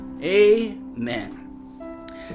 Amen